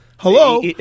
Hello